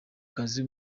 kazi